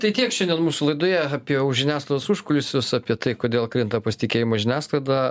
tai tiek šiandien mūsų laidoje apie žiniasklaidos užkulisius apie tai kodėl krinta pasitikėjimas žiniasklaida